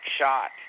shot